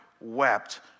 wept